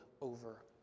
over